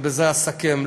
ובזה אסכם,